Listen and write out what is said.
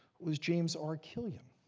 was james r. killian.